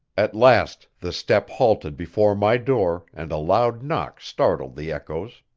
at last the step halted before my door and a loud knock startled the echoes.